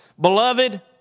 Beloved